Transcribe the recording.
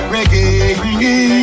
Reggae